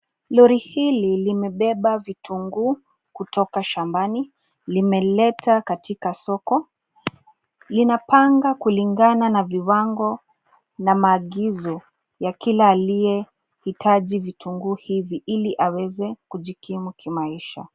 Lori hili limebeba vitunguu kutoka shambani, limeleta katika soko. Linapanga kulingana na viwango na maagizo ya kila aliyehitaji vitunguu hivi ili aweza kujikimu kimaisha.